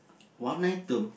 one item